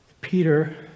Peter